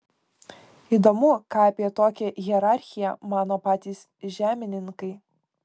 įdomu ką apie tokią hierarchiją mano patys žemininkai